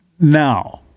Now